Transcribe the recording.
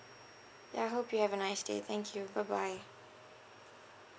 ya hope you have a nice day thank you bye bye